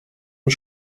und